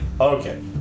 Okay